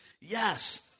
Yes